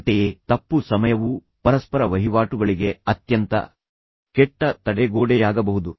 ಅಂತೆಯೇ ತಪ್ಪು ಸಮಯವು ಪರಸ್ಪರ ವಹಿವಾಟುಗಳಿಗೆ ಅತ್ಯಂತ ಕೆಟ್ಟ ತಡೆಗೋಡೆಯಾಗಬಹುದು